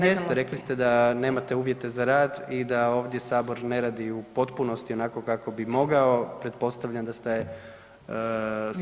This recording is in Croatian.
Jeste rekli ste da nemate uvjete za rad i da ovdje sabor ne radi u potpunosti onako kako bi mogao, pretpostavljam da ste smatrali.